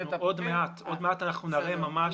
עוד מעט אנחנו נראה ממש.